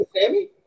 Sammy